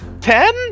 Ten